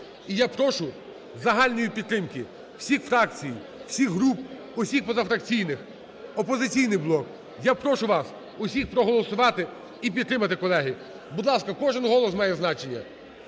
і я прошу загальної підтримки всіх фракцій, всіх груп, всіх позафракційних, "Опозиційний блок". Я прошу вас всіх проголосувати і підтримати, колеги. Будь ласка, кожен голос має значення.